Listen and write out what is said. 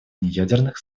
неядерных